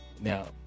Now